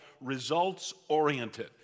results-oriented